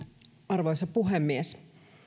arvoisa puhemies